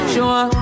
Sure